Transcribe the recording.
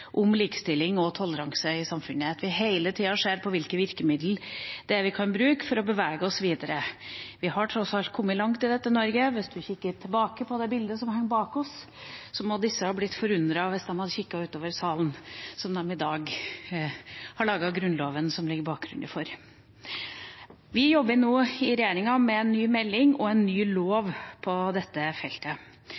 om likestilling og toleranse i samfunnet, og at vi hele tiden ser på hvilke virkemidler vi kan bruke for å bevege oss videre. Vi har tross alt kommet langt i Norge. Hvis vi kikker på bildet som henger bak oss i stortingssalen, tenker jeg at eidsvollsmennene måtte ha blitt forundret om de hadde sett utover salen, de som har laget Grunnloven, som er bakgrunnen for dette. Vi jobber nå i regjeringa med en ny melding og en ny